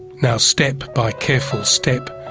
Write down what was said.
now, step by careful step,